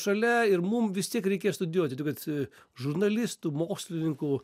šalia ir mum vis tiek reikės studijuoti tai vat žurnalistų mokslininkų